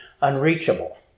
unreachable